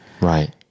Right